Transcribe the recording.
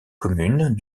communes